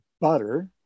butter